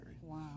Wow